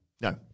No